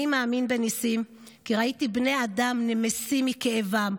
// אני מאמין בניסים / כי ראיתי בני אדם נמסים / מכאבם,